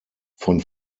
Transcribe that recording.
von